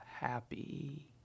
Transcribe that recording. happy